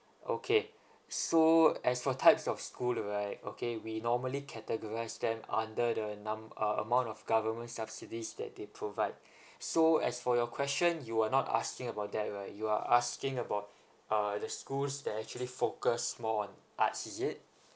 okay so as for types of school right okay we normally categorised them under the num~ uh amount of government subsidies that they provide so as for your question you are not asking about that right you are asking about uh the schools that actually focus more on arts is it